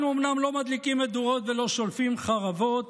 אנחנו אומנם לא מדליקים מדורות ולא שולפים חרבות,